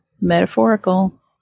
metaphorical